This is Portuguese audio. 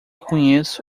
conheço